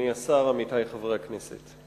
אדוני השר, עמיתי חברי הכנסת,